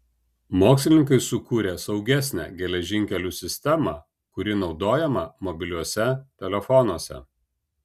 mokslininkai sukūrė saugesnę geležinkelių sistemą kuri naudojama mobiliuosiuose telefonuose